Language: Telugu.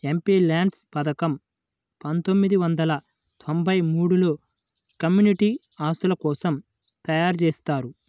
ఎంపీల్యాడ్స్ పథకం పందొమ్మిది వందల తొంబై మూడులో కమ్యూనిటీ ఆస్తుల కోసం తయ్యారుజేశారు